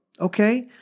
okay